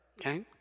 okay